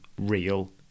real